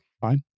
fine